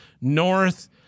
North